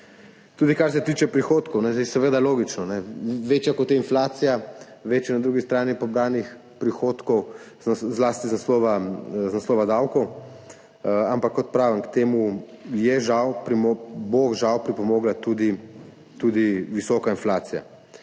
Tudi kar se tiče prihodkov je seveda logično, večja kot je inflacija, več je na drugi strani pobranih prihodkov, zlasti iz naslova davkov. Ampak kot pravim, k temu bo žal pripomogla tudi visoka inflacija.